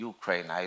Ukraine